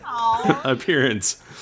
Appearance